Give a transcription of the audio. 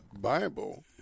Bible